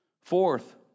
Fourth